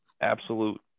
absolute